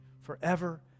forever